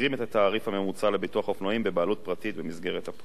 הממוצע לביטוח אופנועים בבעלות פרטית במסגרת "הפול".